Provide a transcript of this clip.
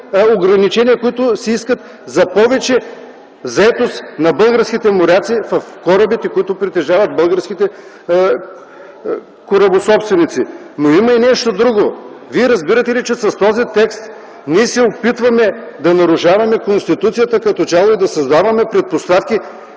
ограниченията, които се искат за повече заетост на българските моряци в корабите, които притежават българските корабособственици. Има и нещо друго. Вие разбирате ли, че с този текст ние се опитваме да нарушаваме Конституцията и да създаваме предпоставки